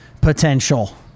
potential